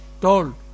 told